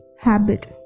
habit